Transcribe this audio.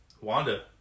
Wanda